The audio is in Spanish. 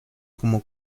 como